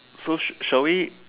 so shall we